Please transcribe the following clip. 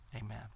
amen